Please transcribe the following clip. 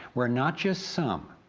where not just some,